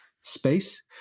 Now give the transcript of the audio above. space